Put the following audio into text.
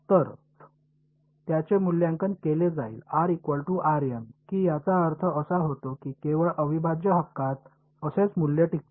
तरच त्याचे मूल्यांकन केले जाईल की याचा अर्थ असा होतो की केवळ अविभाज्य हक्कात असेच मूल्य टिकते